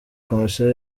komisiyo